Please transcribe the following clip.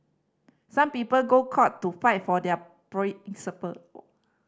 some people go court to fight for their principle